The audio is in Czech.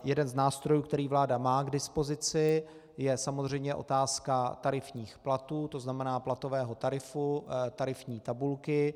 Jeden z nástrojů, který vláda má k dispozici, je samozřejmě otázka tarifních platů, to znamená platového tarifu, tarifní tabulky.